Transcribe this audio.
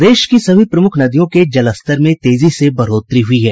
प्रदेश की सभी प्रमुख नदियों के जस्तर में तेजी से बढ़ोतरी हुई है